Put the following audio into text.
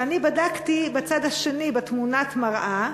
ואני בדקתי בצד השני, בתמונת מראה,